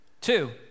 Two